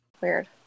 Weird